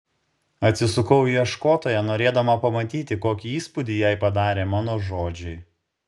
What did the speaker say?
atsisukau į ieškotoją norėdama pamatyti kokį įspūdį jai padarė mano žodžiai